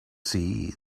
see